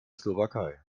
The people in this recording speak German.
slowakei